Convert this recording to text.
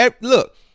Look